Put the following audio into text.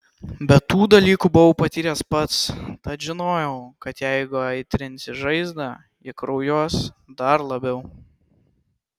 bet tų dalykų buvau patyręs pats tad žinojau kad jeigu aitrinsi žaizdą ji kraujuos dar labiau